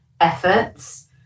efforts